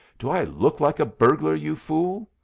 do i look like a burglar, you fool?